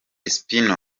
spin